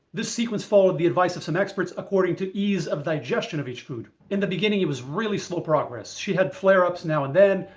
this sequence followed the advice of some experts according to ease of digestion of each food. in the beginning it was really slow progress, she had flareups now and then,